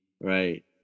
right